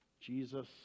Jesus